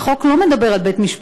החוק לא מדבר על בית-משפט,